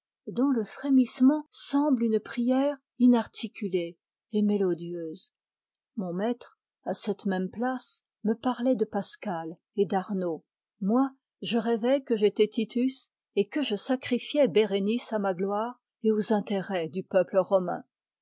dont le frémissement semble une prière inarticulée et mélodieuse mon maître à cette même place me parlait de pascal et d'arnauld moi je rêvais que j'étais titus et que je sacrifiais bérénice à ma gloire et aux intérêts du peuple romain